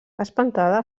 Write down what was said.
espantada